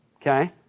Okay